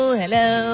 hello